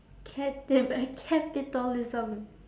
capi~ capitalism